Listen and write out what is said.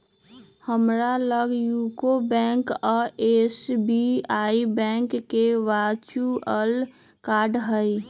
हमरा लग UCO bank आऽ एस.बी.आई बैंक के वर्चुअल कार्ड हइ